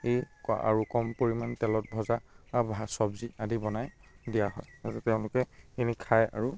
ক আৰু কম পৰিমাণ তেলত ভজা ভাত চব্জি আদি বনাই দিয়া হয় যাতে তেওঁলোকে সেইখিনি খায় আৰু